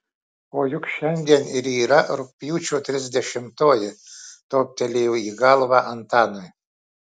o juk šiandien ir yra rugpjūčio trisdešimtoji toptelėjo į galvą antanui